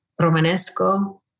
Romanesco